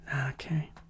Okay